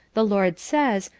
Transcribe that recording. the lord says,